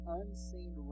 unseen